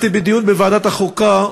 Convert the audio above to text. בוועדת החוקה,